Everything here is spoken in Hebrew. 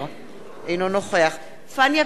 אינו נוכח פניה קירשנבאום,